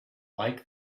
like